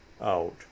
out